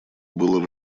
был